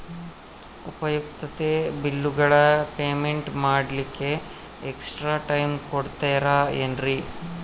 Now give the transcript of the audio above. ಉಪಯುಕ್ತತೆ ಬಿಲ್ಲುಗಳ ಪೇಮೆಂಟ್ ಮಾಡ್ಲಿಕ್ಕೆ ಎಕ್ಸ್ಟ್ರಾ ಟೈಮ್ ಕೊಡ್ತೇರಾ ಏನ್ರಿ?